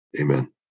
Amen